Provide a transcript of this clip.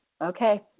Okay